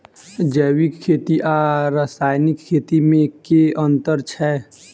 जैविक खेती आ रासायनिक खेती मे केँ अंतर छै?